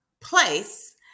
place